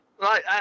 right